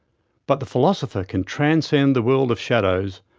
but the philosopher can transcend the world of shadows,